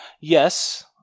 Yes